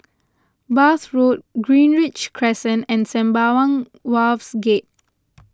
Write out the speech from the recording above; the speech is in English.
Bath Road Greenridge Crescent and Sembawang Wharves Gate